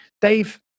Dave